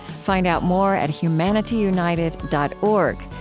find out more at humanityunited dot org,